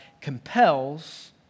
compels